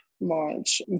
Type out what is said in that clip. March